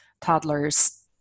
toddlers